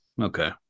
Okay